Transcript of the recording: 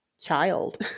child